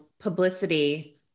publicity